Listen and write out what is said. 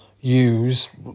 use